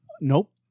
Nope